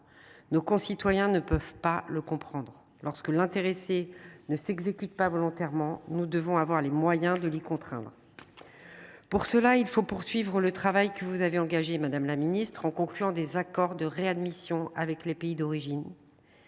Nos concitoyens ne peuvent pas le comprendre. Lorsque l’intéressé ne s’exécute pas volontairement, nous devons disposer des moyens de l’y contraindre. À ce titre, il faut poursuivre le travail que vous avez engagé, madame la secrétaire d’État, en concluant des accords de réadmission avec les pays d’origine,